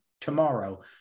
tomorrow